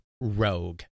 rogue